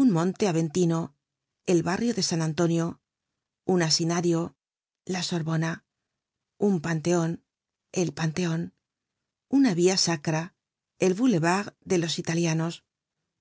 un monte aventino el barrio de san antonio un asinario la sorbona un panteon el panteon una via sacra el boulevard de los italianos